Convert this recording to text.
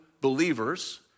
believers